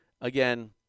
Again